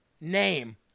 name